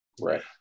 Right